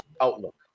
outlook